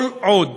כל עוד